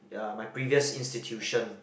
ya my previous institution